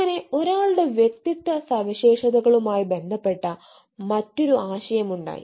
അങ്ങനെ ഒരാളുടെ വ്യക്തിത്വ സവിശേഷതകളുമായി ബന്ധപ്പെട്ട മറ്റൊരു ആശയം ഉണ്ടായി